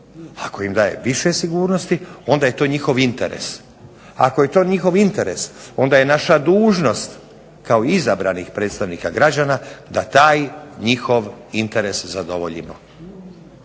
Ako im daje više sigurnosti onda je to njihov interes. Ako je to njihov interes onda je naša dužnost kao izabranih predstavnika građana da taj njihov interes zadovoljimo.